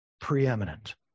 preeminent